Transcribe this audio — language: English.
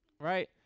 Right